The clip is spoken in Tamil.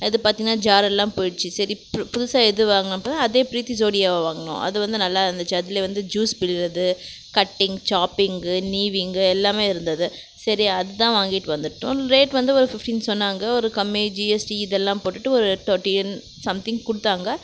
அது பார்த்திங்னா ஜாரெல்லாம் போயிடுச்சு சரி புதுசாக எது வாங்கலாம்ப அதே பிரீத்தி சோடியாவை வாங்கினோம் அது வந்து நல்லா இருந்திச்சு அதுலே வந்து ஜூஸ் பிழியிறது கட்டிங் சாப்பிங்கு நீவின்ங்கு எல்லாமே இருந்தது சரி அதான் வாங்கிவிட்டு வந்துவிட்டோம் ரேட் வந்து ஒரு ஃபிஃப்டின் சொன்னாங்க ஒரு கம்மி ஜிஎஸ்டி இதெல்லாம் போட்டுவிட்டு ஒரு தேர்ட்டின் சம்திங் கொடுத்தாங்க